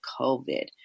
COVID